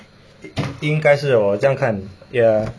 应该是我这样看 ya